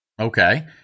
Okay